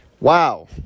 Wow